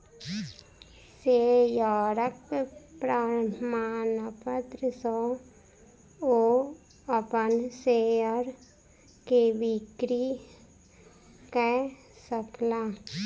शेयरक प्रमाणपत्र सॅ ओ अपन शेयर के बिक्री कय सकला